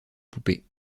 poupée